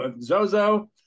Zozo